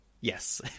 Yes